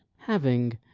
having,